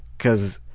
because